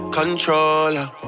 controller